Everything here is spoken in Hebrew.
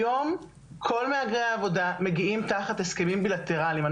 היום כל מהגרי העבודה מגיעים תחת הסכמים בלטראליים.